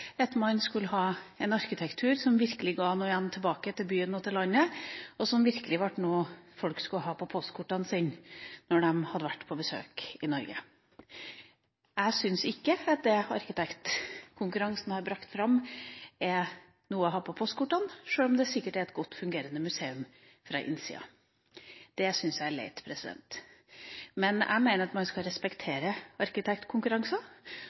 at man skulle få en arkitektur som virkelig ga noe tilbake til byen og til landet, og som kunne være noe som folk skulle kunne ha på postkortene sine etter besøk i Norge. Jeg syns ikke at det arkitektkonkurransen har brakt fram, er noe å ha på postkortene, sjøl om det sikkert er et godt fungerende museum fra innsida. Det syns jeg er leit. Jeg mener at man skal